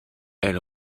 elle